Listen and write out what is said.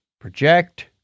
Project